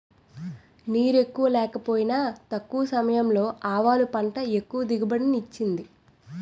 నీరెక్కువ లేకపోయినా తక్కువ సమయంలో ఆవాలు పంట ఎక్కువ దిగుబడిని ఇచ్చింది